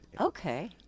Okay